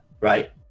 right